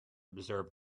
observe